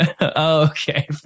Okay